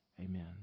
Amen